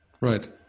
Right